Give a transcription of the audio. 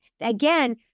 again